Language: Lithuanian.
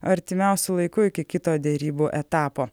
artimiausiu laiku iki kito derybų etapo